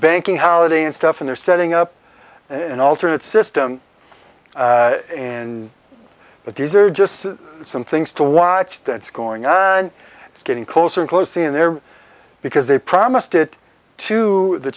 banking howard and stuff and they're setting up an alternate system in but these are just some things to watch that's going on and it's getting closer and closer in there because they promised it to the